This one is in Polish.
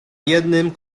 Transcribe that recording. jednym